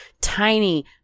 tiny